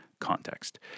context